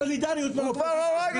סולידריות --- הוא כבר הרג אותי.